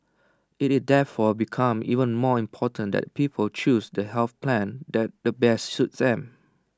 IT therefore becomes even more important that people choose the health plan that the best suits them